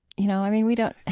you know? i mean, we don't,